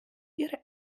ihre